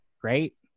Great